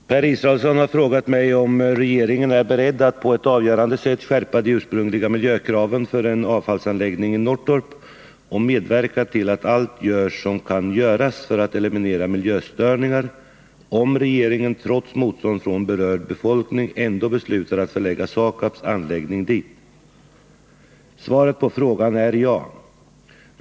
Herr talman! Per Israelsson har frågat mig om regeringen är beredd att på ett avgörande sätt skärpa de ursprungliga miljökraven för en avfallsanläggning i Norrtorp och medverka till att allt görs som kan göras för att eliminera miljöstörningar, om regeringen, trots motstånd från berörd befolkning, ändå beslutar att förlägga SAKAB:s anläggning dit. Svaret på frågan är ja.